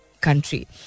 country